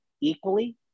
equally